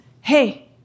Hey